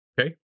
Okay